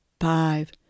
five